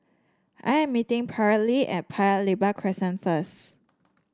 I am meeting Paralee at Paya Lebar Crescent first